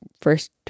first